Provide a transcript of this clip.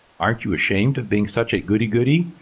aren't you ashamed of being such a goody-goody,